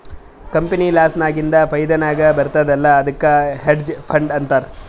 company loss ನಾಗಿಂದ್ ಫೈದಾ ನಾಗ್ ಬರ್ತುದ್ ಅಲ್ಲಾ ಅದ್ದುಕ್ ಹೆಡ್ಜ್ ಫಂಡ್ ಅಂತಾರ್